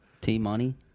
T-Money